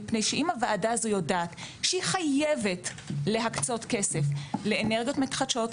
מפני שאם הוועדה הזו יודעת שהיא חייבת להקצות כסף לאנרגיות מתחדשות,